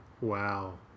Wow